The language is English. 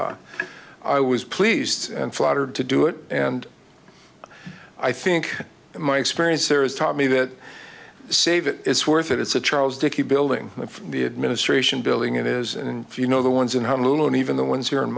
and i was pleased and flattered to do it and i think my experience here is taught me that save it it's worth it it's a charles dickey building and the administration building it is in you know the ones in honolulu and even the ones here in